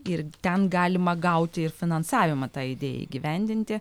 ir ten galima gauti ir finansavimą tą idėją įgyvendinti